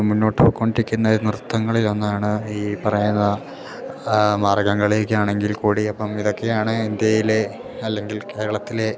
മുന്നോട്ട് പൊയ്ക്കൊണ്ടിരിക്കുന്ന നൃത്തങ്ങളിലൊന്നാണ് ഈ പറയുന്ന കൂടിയപ്പം ഇതൊക്കെയാണ് ഇന്ത്യയിലെ അല്ലെങ്കിൽ കേരളത്തിലെ